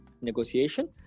negotiation